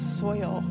soil